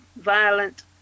violent